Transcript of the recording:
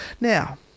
Now